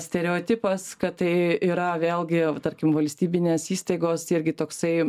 stereotipas kad tai yra vėlgi tarkim valstybinės įstaigos irgi toksai